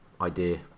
idea